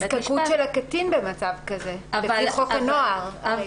צריך נזקקות של הקטין במצב כזה לפי חוק הנוער.